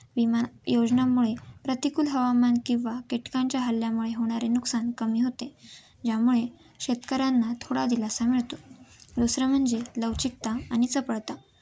विमा योजनांमुळे प्रतिकूल हवामान किंवा कीटकांच्या हल्ल्यामुळे होणारे नुकसान कमी होते ज्यामुळे शेतकऱ्यांना थोडा दिलासा मिळतो दुसरं म्हणजे लवचिकता आणि चपळता